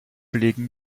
legen